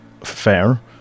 fair